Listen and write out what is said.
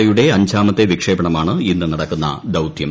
O യുടെ അഞ്ചാമത്തെ വിക്ഷേപണമാണ് ഇന്ന് നടക്കുന്ന ദൌത്യം